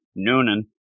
Noonan